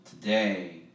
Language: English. today